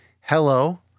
hello